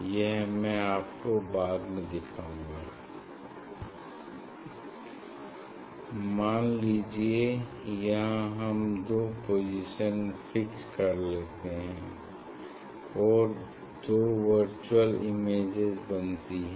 यह मैं आपको बाद में दिखाऊंगा मान लीजिये यहाँ हम दो पोजीशन फिक्स कर लेता हूँ और दो वर्चुअल इमेजेज बनती हैं